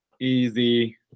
Easy